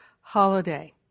holiday